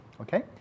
Okay